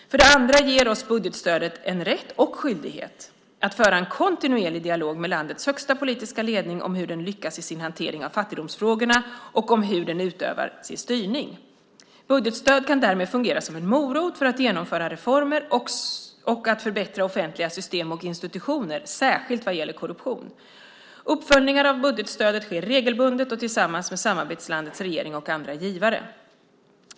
För det andra ger oss budgetstödet en rätt, och skyldighet, att föra en kontinuerlig dialog med landets högsta politiska ledning om hur den lyckas i sin hantering av fattigdomsfrågorna och om hur den utövar sin styrning. Budgetstöd kan därmed fungera som morot för att genomföra reformer, till exempel att förbättra offentliga system och institutioner, särskilt vad gäller korruption. Uppföljningar av budgetstödet sker regelbundet och tillsammans med samarbetslandets regering och andra givare.